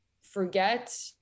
forget